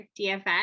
DFS